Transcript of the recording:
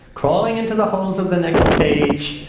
crawling into the holes of the next cage.